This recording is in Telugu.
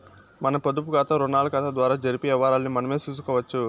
మన పొదుపుకాతా, రుణాకతాల ద్వారా జరిపే యవ్వారాల్ని మనమే సూసుకోవచ్చు